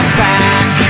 back